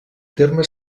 terme